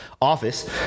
office